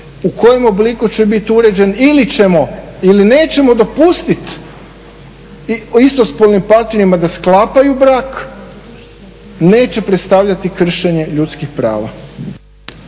u kojem obliku će biti uređen ili ćemo, ili nećemo dopustiti istospolnim partnerima da sklapaju brak neće predstavljati kršenje ljudskih prava.